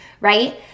right